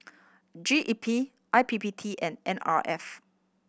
G E P I P P T and N R F